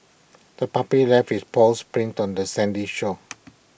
the puppy left its paws prints on the sandy shore